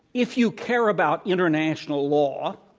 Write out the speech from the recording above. if you care about international law,